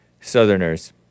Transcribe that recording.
Southerners